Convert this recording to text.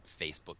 Facebook